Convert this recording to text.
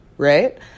Right